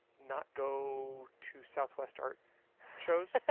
not go to southwest art shows.